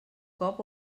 cop